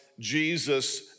Jesus